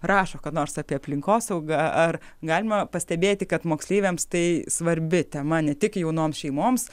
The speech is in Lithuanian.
rašo kad nors apie aplinkosaugą ar galima pastebėti kad moksleiviams tai svarbi tema ne tik jaunoms šeimoms